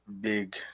big